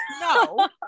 no